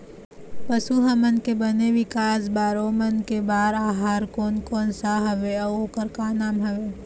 पशु हमन के बने विकास बार ओमन के बार आहार कोन कौन सा हवे अऊ ओकर का नाम हवे?